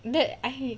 that I hate